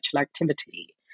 activity